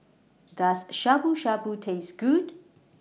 Does Shabu Shabu Taste Good